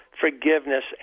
forgiveness